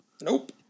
nope